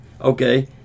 Okay